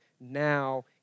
now